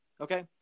okay